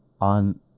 on